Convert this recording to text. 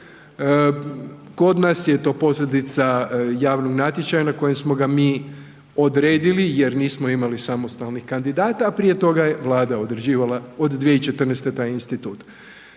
kod nas je to posljedica javnog natječaja na kojem smo ga mi odredili jer nismo imali samostalnih kandidata, a prije toga je Vlada određivala od 2014. taj institut.